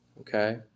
Okay